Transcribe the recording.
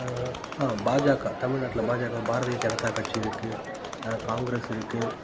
பாஜக தமிழ்நாட்டில் பாஜக பாரதிய ஜனதா கட்சி இருக்குது காங்கிரஸ் இருக்குது